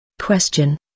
Question